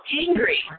angry